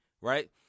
right